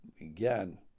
Again